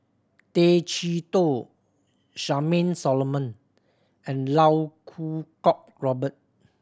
Tay Chee Toh Charmaine Solomon and Iau Kuo Kwong Robert